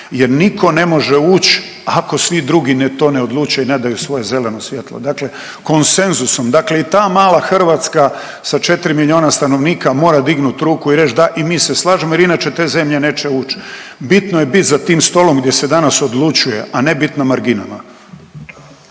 jer nitko ne može ući ako svi drugi to ne odluče i ne daju svoje zeleno svjetlo. Dakle konsenzusom, dakle i ta mala Hrvatska sa 4 milijuna stanovnika mora dignuti ruku i reći da, i mi se slažemo jer inače te zemlje neće ući. Bitno je biti za tim stolom, gdje se danas odlučuje, a ne bit na marginama.